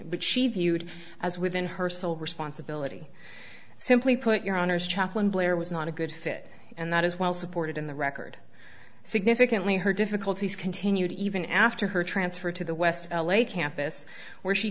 but she viewed as within her sole responsibility simply put your honour's chaplain blair was not a good fit and that is well supported in the record significantly her difficulties continued even after her transfer to the west l a campus where she